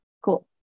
cool